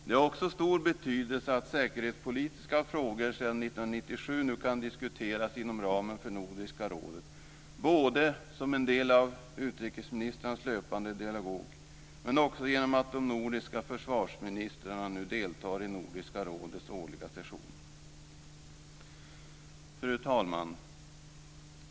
Det har också stor betydelse att säkerhetspolitiska frågor sedan 1997 kan diskuteras inom ramen för Nordiska rådet både som en del av utrikesministrarnas löpande dialog och genom att de nordiska försvarsministrarna nu deltar i Nordiska rådets årliga session. Fru talman!